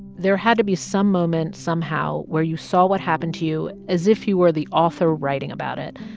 there had to be some moment, somehow, where you saw what happened to you as if you were the author writing about it,